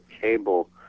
Cable